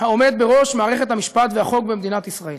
העומד בראש מערכת המשפט והחוק במדינת ישראל,